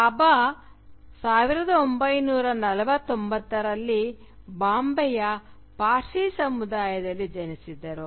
ಭಾಭಾ 1949 ರಲ್ಲಿ ಬಾಂಬೆಯ ಪಾರ್ಸಿ ಸಮುದಾಯದಲ್ಲಿ ಜನಿಸಿದರು